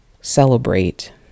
celebrate